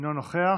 אינו נוכח.